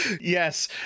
yes